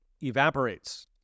evaporates